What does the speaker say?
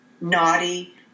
naughty